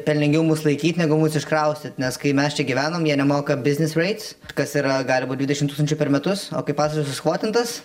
pelningiau mus laikyt negu mus iškraustyt nes kai mes čia gyvenom jie nemoka biznis reits kas yra gali būt dvidešimt tūkstančių per metus o kai pastatas skvotintas